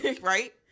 right